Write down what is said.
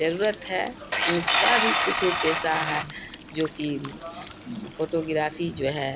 ضرورت ہے ان کا بھی کچھ پیسہ ہے جو کہ فوٹو گرافی جو ہے